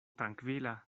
trankvila